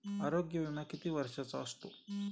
आरोग्य विमा किती वर्षांचा असतो?